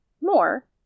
More